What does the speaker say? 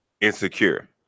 insecure